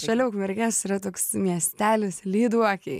šalia ukmergės yra toks miestelis lyduokiai